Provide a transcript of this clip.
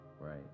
Right